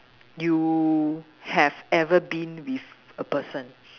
you have ever been with a person